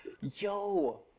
Yo